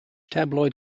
tabloid